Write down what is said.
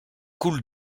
coule